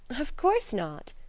of course not,